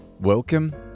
Welcome